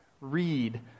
read